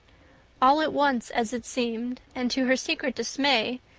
all at once, as it seemed, and to her secret dismay,